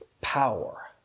power